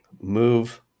move